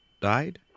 died